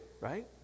right